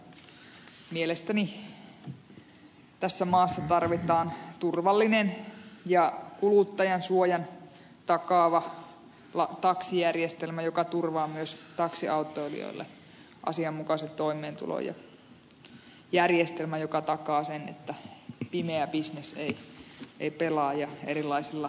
mielestäni tässä maassa tarvitaan turvallinen ja kuluttajansuojan takaava taksijärjestelmä joka turvaa myös taksiautoilijoille asianmukaisen toimeentulon ja järjestelmä joka takaa sen että pimeä bisnes ei pelaa ja erilaisilla venkulakonsteilla ei rahasteta